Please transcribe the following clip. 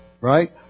right